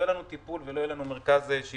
לא יהיה לנו טיפול ולא יהיה לנו מרכז שיקום.